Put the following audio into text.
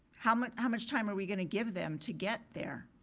how much how much time are we gonna give them to get there?